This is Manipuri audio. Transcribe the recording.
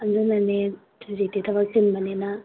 ꯑꯗꯨꯅꯅꯦ ꯍꯧꯖꯤꯛꯇꯤ ꯊꯕꯛ ꯆꯤꯟꯕꯅꯤꯅ